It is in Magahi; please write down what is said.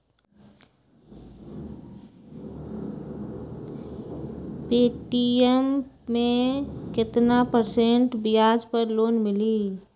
पे.टी.एम मे केतना परसेंट ब्याज पर लोन मिली?